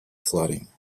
flooding